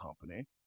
company